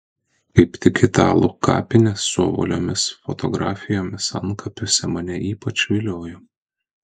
kaip tik italų kapinės su ovaliomis fotografijomis antkapiuose mane ypač viliojo